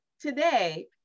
today